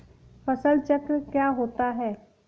फसल चक्र क्या होता है?